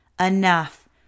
enough